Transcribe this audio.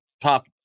top